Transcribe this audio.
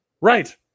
Right